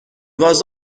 was